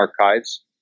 archives